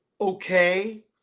okay